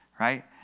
right